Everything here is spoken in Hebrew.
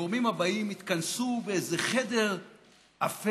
הגורמים הבאים התכנסו באיזה חדר אפל